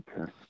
okay